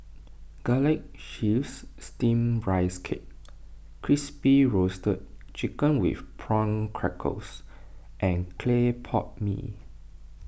Garlic Chives Steamed Rice Cake Crispy Roasted Chicken with Prawn Crackers and Clay Pot Mee